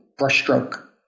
brushstroke